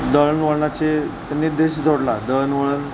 दळणवळणाचे त्यांनी देश जोडला दळणवळण